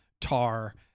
Tar